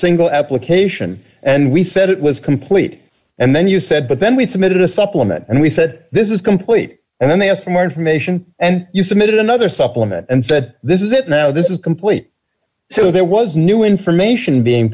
single application and we said it was complete and then you said but then we submitted a supplement and we said this is complete and then they asked for more information and you submitted another supplement and said this is it now this is complete so there was new information being